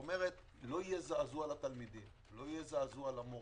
כלומר לא יהיה זעזוע לתלמידים או למורים.